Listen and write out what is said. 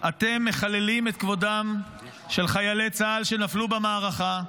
אתם מחללים את כבודם של חיילי צה"ל שנפלו במערכה,